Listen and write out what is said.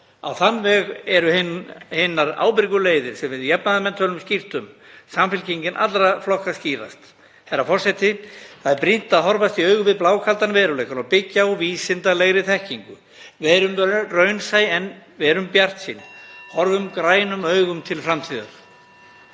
Á þann veg eru hinar ábyrgu leiðir sem við jafnaðarmenn tölum skýrt um, Samfylkingin allra flokka skýrast. Herra forseti. Það er brýnt að horfast í augu við blákaldan veruleikann og byggja á vísindalegri þekkingu. Verum raunsæ, en verum bjartsýn. Horfum grænum augum til framtíðar.